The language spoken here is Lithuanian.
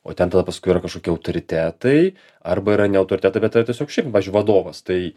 o ten tada paskui yra kažkokie autoritetai arba yra ne autoritetai bet yra tiesiog šiaip pavyzdžiui vadovas tai